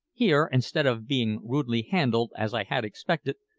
here, instead of being rudely handled, as i had expected,